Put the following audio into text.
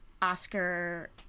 Oscar